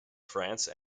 france